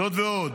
זאת ועוד,